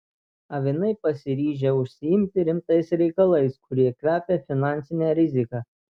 avinai pasiryžę užsiimti rimtais reikalais kurie kvepia finansine rizika